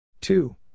two